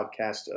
Podcast